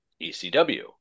ECW